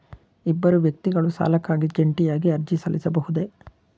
ಇಬ್ಬರು ವ್ಯಕ್ತಿಗಳು ಸಾಲಕ್ಕಾಗಿ ಜಂಟಿಯಾಗಿ ಅರ್ಜಿ ಸಲ್ಲಿಸಬಹುದೇ?